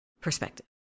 perspective